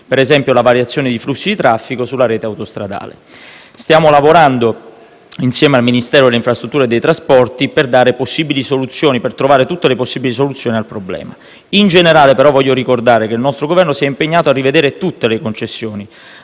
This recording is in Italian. (per esempio, la variazione di flussi di traffico sulla rete autostradale). Stiamo lavorando insieme al Ministero delle infrastrutture e dei trasporti per trovare tutte le possibili soluzioni al problema. In generale, però, voglio ricordare che il nostro Governo si è impegnato a rivedere tutto il sistema